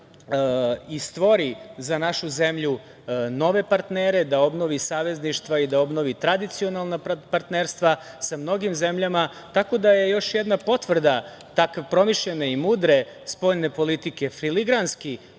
i stvori za našu zemlju nove partnere, da obnovi savezništva i da obnovi tradicionalna partnerstva sa mnogim zemljama. Tako da je još jedan potvrda takve promišljene i mudre spoljne politike, filigranski